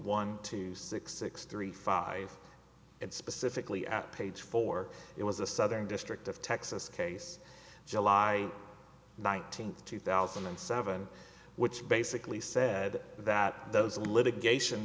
one two six six three five and specifically at page four it was the southern district of texas case july nineteenth two thousand and seven which basically said that those litigation